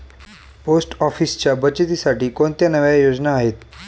Post ऑफिसच्या बचतीसाठी कोणत्या नव्या योजना आहेत?